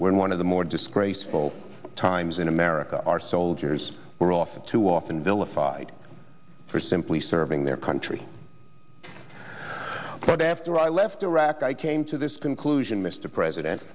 when one of the more disgraceful times in america our soldiers were often too often vilified for simply serving their country but after i left iraq i came to this conclusion mr president